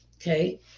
Okay